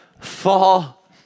fall